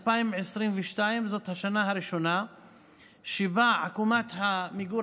2022 זאת השנה הראשונה שבה עקומת מיגור